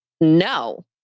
no